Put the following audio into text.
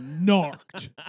knocked